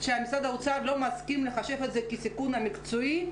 שמשרד האוצר לא מסכים לחשב את זה כסיכון מקצועי,